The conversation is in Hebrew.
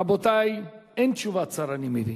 רבותי, אין תשובת שר, אני מבין.